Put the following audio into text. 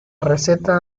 receta